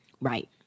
Right